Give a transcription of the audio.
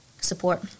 support